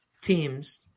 teams